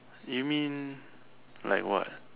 you mean like what